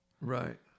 Right